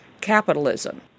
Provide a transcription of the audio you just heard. capitalism